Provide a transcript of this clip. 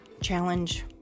challenge